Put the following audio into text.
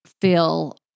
feel